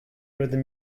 other